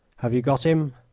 have you got him?